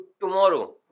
tomorrow